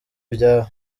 ibyabo